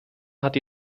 hat